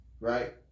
Right